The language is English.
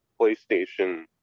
PlayStation